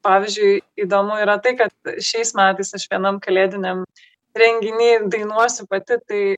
pavyzdžiui įdomu yra tai kad šiais metais aš vienam kalėdiniam renginy dainuosiu pati tai